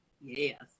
yes